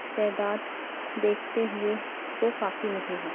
تعداد دیکھتے ہوئے وہ کافی نہیں ہے